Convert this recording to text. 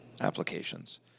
applications